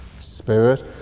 spirit